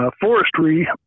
forestry